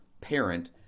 parent